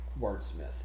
wordsmith